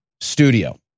studio